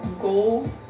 goal